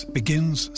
begins